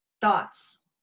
thoughts